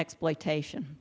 exploitation